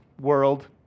world